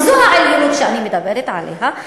וזו העליונות שאני מדברת עליה,